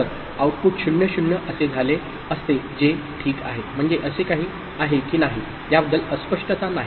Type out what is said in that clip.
तर आऊटपुट 0 0 असे झाले असते जे ठीक आहे म्हणजे असे काही आहे की नाही याबद्दल अस्पष्टता नाही